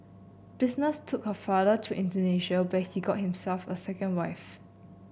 business took her father to Indonesia where he got himself a second wife